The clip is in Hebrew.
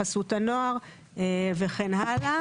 חסות הנוער וכן הלאה.